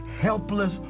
Helpless